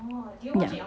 ya